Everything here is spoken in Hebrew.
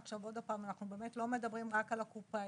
עוד פעם, אנחנו באמת לא מדברים על הקופאיות,